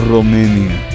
Romania